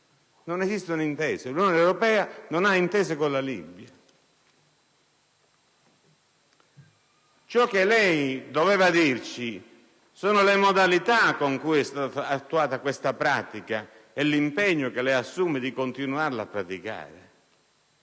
Non esistono intese: l'Unione europea non ha intese con la Libia. Ciò che lei doveva dirci, signor Ministro, sono le modalità con cui è stata attuata questa pratica e l'impegno che lei assume di continuarla a praticare.